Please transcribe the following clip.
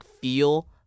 feel